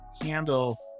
handle